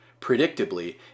Predictably